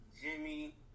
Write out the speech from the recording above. Jimmy